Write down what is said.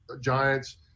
Giants